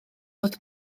bod